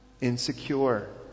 insecure